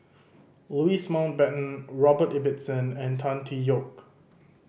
Louis Mountbatten Robert Ibbetson and Tan Tee Yoke